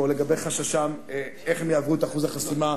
לגבי חששם איך הם יעברו את אחוז החסימה,